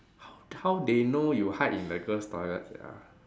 how how they know you hide in the girl's toilet sia